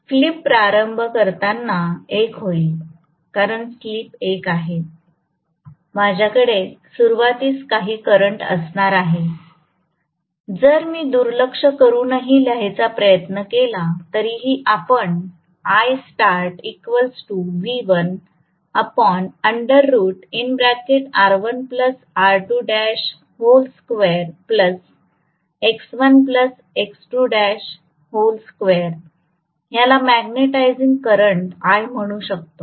flip प्रारंभ करताना 1 होईल कारण स्लिप 1 आहे माझ्याकडे सुरुवातीस काही करंट असणार आहे जर मी दुर्लक्ष करूनही लिहायचा प्रयत्न केला तरीही आपण ह्याला मॅग्नेटिझिंग करंट I म्हणू शकतो